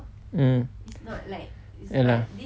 mm ya lah